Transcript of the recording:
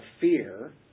fear